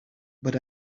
but